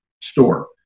store